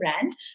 brand